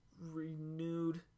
Renewed